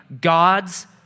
God's